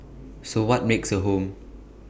so what makes A home